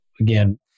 again